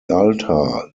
altar